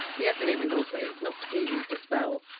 the eponym is also not easy to spell.